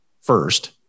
first